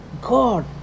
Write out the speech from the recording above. God